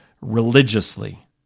religiously